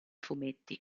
fumetti